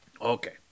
Okay